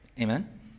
Amen